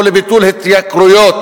או לביטול התייקרויות.